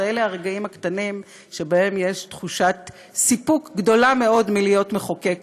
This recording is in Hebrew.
אלה הרגעים הקטנים שבהם יש תחושת סיפוק גדולה מאוד מלהיות מחוקק